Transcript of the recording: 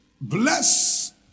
Bless